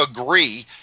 agree